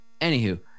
Anywho